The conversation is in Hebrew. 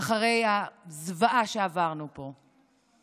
אחרי הזוועה שעברנו פה.